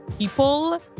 People